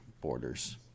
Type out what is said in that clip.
borders